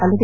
ಅಲ್ಲದೆ